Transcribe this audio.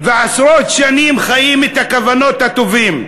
עשרות שנים חיים את הכוונות הטובות.